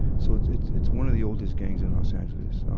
so it's, it's, it's one of the oldest gangs in los angeles.